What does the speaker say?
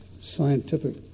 scientific